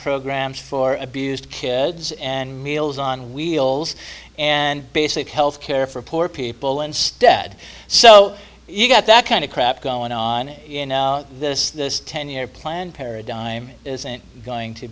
programs for abused kids and meals on wheels and basic health care for poor people instead so you got that kind of crap going on in this ten year plan paradigm isn't going to